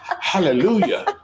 Hallelujah